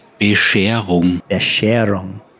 Bescherung